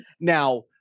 Now